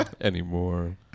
Anymore